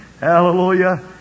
Hallelujah